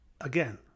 again